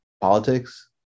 politics